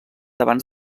abans